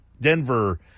Denver